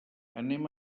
anem